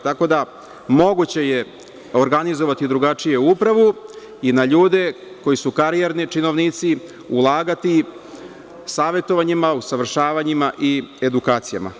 Tako da je moguće organizovati drugačije upravo i na ljude koji su karijerni činovnici ulagati savetovanjima, usavršavanjima i edukacijama.